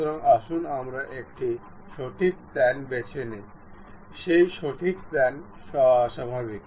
সুতরাং আসুন আমরা একটি সঠিক প্লেন বেছে নিই সেই সঠিক প্লেনে স্বাভাবিক